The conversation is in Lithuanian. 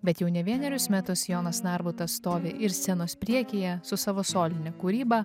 bet jau ne vienerius metus jonas narbutas stovi ir scenos priekyje su savo soline kūryba